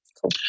Cool